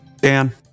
Dan